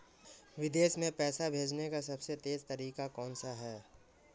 विदेश में पैसा भेजने का सबसे तेज़ तरीका कौनसा है?